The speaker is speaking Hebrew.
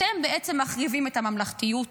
אתם בעצם מחריבים את הממלכתיות